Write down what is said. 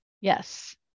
Yes